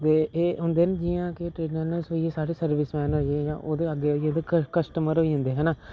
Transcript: ते एह् होंदे न जियां कि ट्रेड चैनल्स होई गे साढ़े सर्विस मैन होई गे ओह्दे अग्गें जियां कस्टमर होई जन्दे है ना